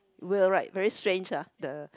weird right very strange ah the